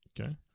okay